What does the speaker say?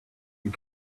you